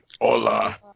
Hola